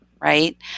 Right